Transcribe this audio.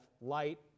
light